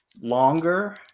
longer